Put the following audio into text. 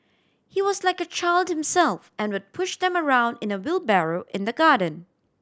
he was like a child himself and would push them around in a wheelbarrow in the garden